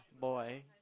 Boy